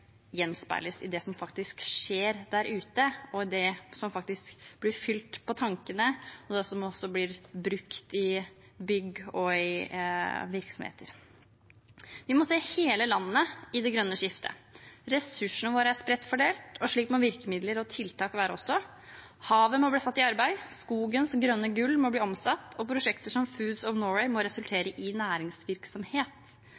gjenspeiles i det som faktisk skjer der ute, det som faktisk blir fylt på tankene, og det som blir brukt i bygg og virksomheter. Vi må se hele landet i det grønne skiftet. Ressursene våre er spredt fordelt, og slik må virkemidler og tiltak også være. Havet må bli satt i arbeid, skogens grønne gull må bli omsatt, og prosjekter som Foods of Norway må